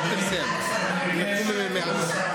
בגלל הדמוקרטיה אתה יושב כאן, דמוקרטיית קצה,